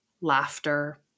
laughter